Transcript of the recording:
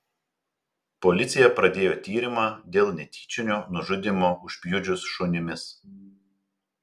policija pradėjo tyrimą dėl netyčinio nužudymo užpjudžius šunimis